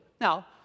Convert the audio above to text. Now